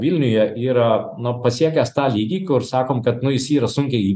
vilniuje yra nu pasiekęs tą lygį kur sakom kad nu jis yra sunkiai